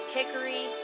Hickory